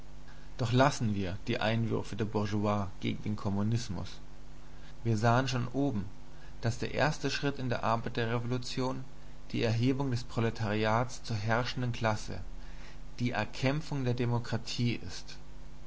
doch lassen wir die einwürfe der bourgeoisie gegen den kommunismus wir sahen schon oben daß der erste schritt in der arbeiterrevolution die erhebung des proletariats zur herrschenden klasse die erkämpfung der demokratie ist